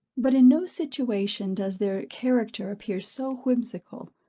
but, in no situation does their character appear so whimsical,